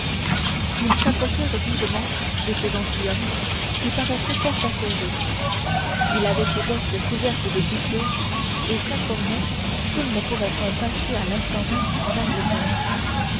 ils s'approchèrent vivement de ce gentilhomme qui paraissait fort affairé il avait ses bottes couvertes de poussière et s'informait s'il ne pourrait point passer à l'instant même en angleterre